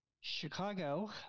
Chicago